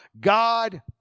God